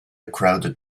crowded